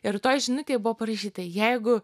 ir toj žinutėj buvo parašyta jeigu